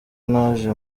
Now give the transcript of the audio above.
naje